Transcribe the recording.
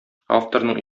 авторның